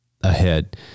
ahead